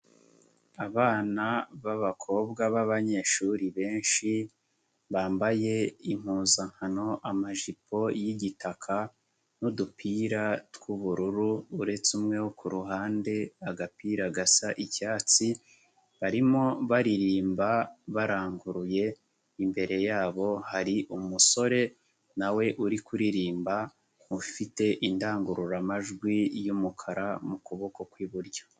Abana b'kobwa babanyeshuri benshi bambaye impuzankano amajipo y'igitaka n'udupira tw'ubururu, uretse umwe ku ruhande agapira gasa icyatsi, barimo baririmba baranguruye, imbere yabo hari umusore nawe uri kuririmba ufite indangurura majwi y'umukara mu kuboko kw'iburyo.